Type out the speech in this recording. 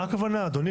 מה הכוונה, אדוני?